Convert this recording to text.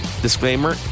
Disclaimer